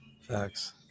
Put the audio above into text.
facts